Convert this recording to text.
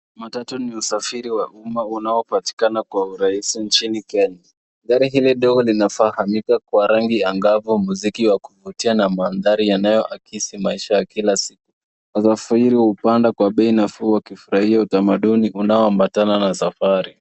Matatu ni usafiri wa umma unaopatikana kwa urahisi nchini Kenya. Gari hili dogo linafahamika kwa rangi angavu, muziki wa kuvutia na mandhari yanayoakisi maisha ya kila siku. Wasafiri hupanda kwa bei nafuu wakifurahia utamaduni unaoambatana na safari.